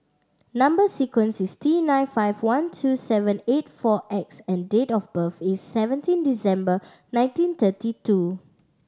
number sequence is T nine five one two seven eight four X and date of birth is seventeen December nineteen thirty two